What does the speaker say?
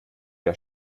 der